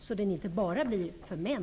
Den är inte byggd bara för män.